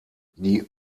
die